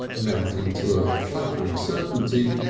amounting to a flattering certainty,